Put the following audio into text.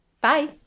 Bye